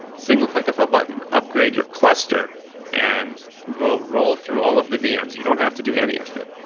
single click of a button, upgrade your cluster and we'll roll through all of the vm's. you don't have to do any of it.